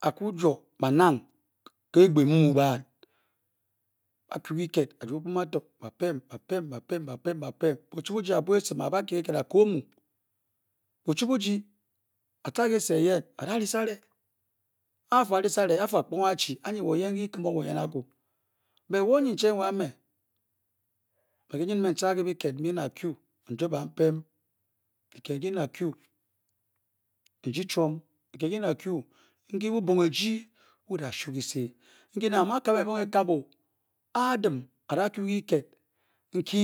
A kyu jwo banang ke egba emu mu gbad. a kyu ke kiked a jua ogbuma bato. ba pem. ba pem. ba pem. ba pem. ba pem. buchukwu bu jyi a bua esim a ba kye kiked a koo omu. budu bu jyi atca kese eyen a da ri sare a a fu a a ri sare. a fu kpong achi anyi wo yen ke kikim owo yen akwu bot wo onyicheng wa me. me ki nyin n-tca ke biked mbe n da kyu n jwo bampem. kiked nki mda kyu n rde chuom kiked nki n da kyu n ke bubung ejyi bu da shuu kise nki nang a mu a–kàbé ebung ekabe o. a a dim a da kyu ke kiked nky